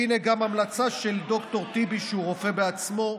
הינה, גם המלצה של ד"ר טיבי, שהוא רופא בעצמו.